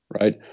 right